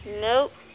Nope